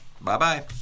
Bye-bye